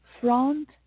front